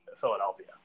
Philadelphia